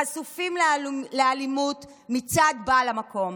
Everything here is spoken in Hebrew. חשופים לאלימות מצד בעל המקום.